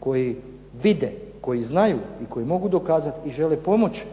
koji vide, koji znaju i koji mogu dokazati i žele pomoći